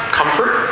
comfort